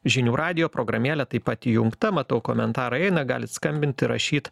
žinių radijo programėlė taip pat įjungta matau komentarai eina galit skambint ir rašyt